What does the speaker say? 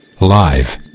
live